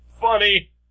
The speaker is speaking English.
funny